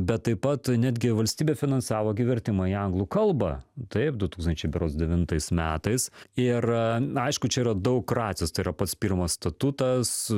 bet taip pat netgi valstybė finansavo gi vertimą į anglų kalbą taip du tūkstančiai berods devintais metais ir aišku čia yra daug racijos tai yra pats pirmas statutas